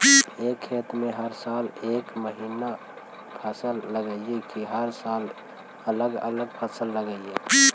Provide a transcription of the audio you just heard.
एक खेत में हर साल एक महिना फसल लगगियै कि हर साल अलग अलग फसल लगियै?